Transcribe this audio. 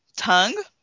Tongue